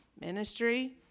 ministry